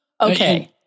Okay